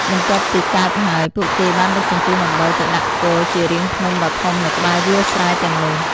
បន្ទាប់ពីកើបហើយ ពួកគេបានដឹកជញ្ជូនអំបិលទៅដាក់គរជារាងភ្នំដ៏ធំនៅក្បែរវាលស្រែទាំងនោះ។